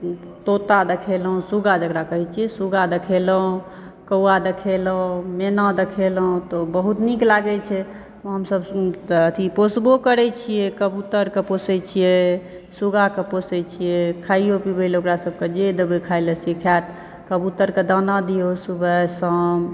तोता देखेलौं सुग्गा जकरा कहै छियै सुग्गा देखेलौं कौआ देखेलौं मैना देखेलौं तऽ ऊ बहुत नीक लागै छै हमसब तऽअथी पोसबो करै छियै कबूतरके पोसै छियै सुग्गाके पोसै छियै खाइयो पिबै ले ओकरा सबके जे देबै खाइ ले से खायत कबूतरके दाना दियौ सुबह शाम